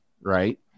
right